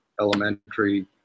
elementary